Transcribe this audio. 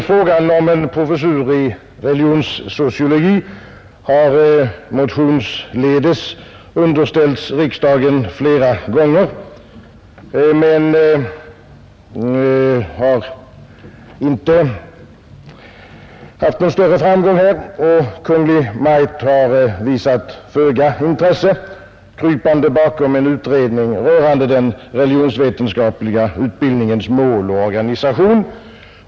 Frågan om en professur i religionssociologi har motionsledes underställts riksdagen flera gånger men har inte haft någon större framgång här, och Kungl. Maj:t har visat föga intresse, krypande bakom en utredning rörande den religionsvetenskapliga utbildningens mål och organisation.